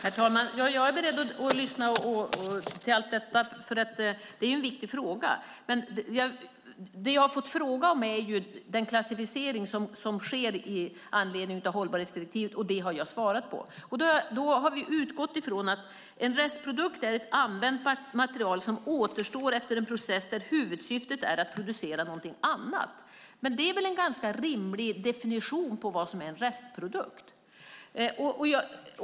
Herr talman! Jag är beredd att lyssna, för det är ju en viktig fråga. Men det jag har fått fråga om är den klassificering som sker med anledning av hållbarhetsdirektivet, och det har jag svarat på. Vi har utgått från att en restprodukt är ett använt material som återstår efter en process där huvudsyftet är att producera något annat. Det är väl en ganska rimlig definition på vad som är en restprodukt?